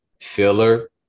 filler